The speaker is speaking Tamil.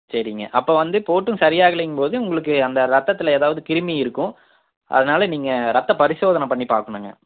சரிங்க அப்போ வந்து போட்டும் சரி ஆகலைங்கும் போது உங்களுக்கு அந்த ரத்தத்தில் ஏதாவது கிருமி இருக்கும் அதனால் நீங்கள் ரத்த பரிசோதனை பண்ணி பார்க்கணும்ங்க